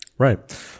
Right